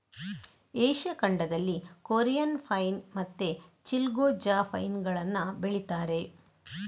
Asia ಖಂಡದಲ್ಲಿ Korean pine ಮತ್ತೆ ಚಿಲ್ಗೊ ಜಾ ಪೈನ್ ಗಳನ್ನ ಬೆಳೀತಾರೆ